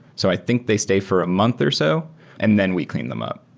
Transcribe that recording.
so i think they stay for a month or so and then we clean them up.